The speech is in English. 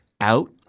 out